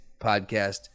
podcast